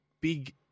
Big